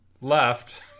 left